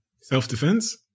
Self-defense